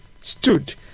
stood